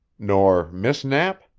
nor miss knapp?